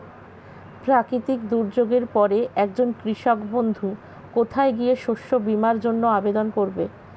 প্রাকৃতিক দুর্যোগের পরে একজন কৃষক বন্ধু কোথায় গিয়ে শস্য বীমার জন্য আবেদন করবে?